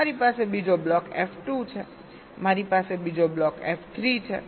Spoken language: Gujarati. મારી પાસે બીજો બ્લોક એફ 2 છે મારી પાસે બીજો બ્લોક એફ 3 છે